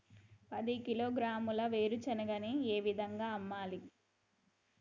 పది కిలోగ్రాముల వేరుశనగని ఏ ధరకు అమ్మాలి?